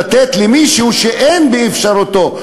לתת למישהו שאין באפשרותו,